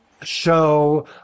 show